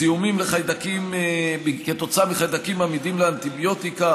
זיהומים כתוצאה מחיידקים עמידים לאנטיביוטיקה